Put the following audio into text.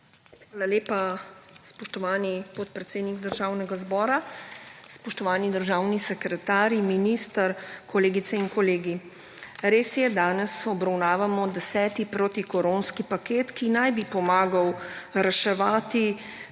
lepa, spoštovani podpredsednik Državnega zbora. Spoštovani državni sekretar in minister! Kolegice in kolegi! Res je, danes obravnavamo deseti protikoronski paket, ki naj bi pomagal reševati